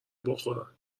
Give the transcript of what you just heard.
بخورن